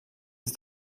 ist